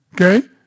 Okay